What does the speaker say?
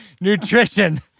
nutrition